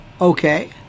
okay